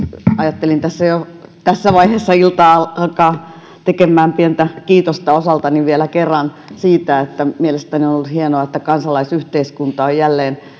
ajattelin tässä jo tässä vaiheessa iltaa alkaa tekemään pientä kiitosta osaltani vielä kerran siitä että mielestäni on ollut hienoa että kansalaisyhteiskunta on jälleen